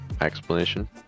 explanation